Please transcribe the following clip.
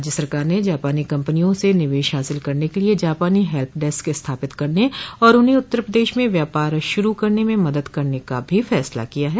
राज्य सरकार ने जापानी कंपनियों से निवेश हासिल करने के लिए जापानी हेल्प डेस्क स्थापित करने और उन्हें उत्तर प्रदेश में व्यापार शुरू करने में मदद करने का भी फैसला किया है